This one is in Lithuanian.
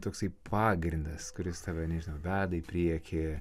toksai pagrindas kuris tave nežinau veda į priekį